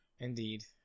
Indeed